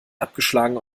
abgeschlagen